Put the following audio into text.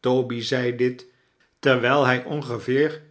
toby zei dit terwijl hij ongeveer